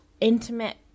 intimate